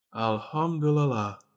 Alhamdulillah